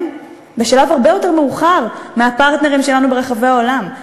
בשלב הרבה יותר מאוחר מהפרטנרים שלנו ברחבי העולם.